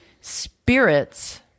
spirits